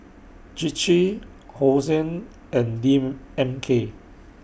Chir Chir Hosen and D M K